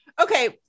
okay